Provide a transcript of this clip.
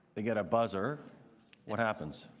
they get a buzzer what happens?